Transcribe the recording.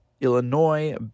Illinois